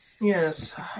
Yes